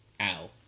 Ow